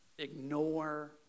Ignore